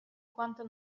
quanto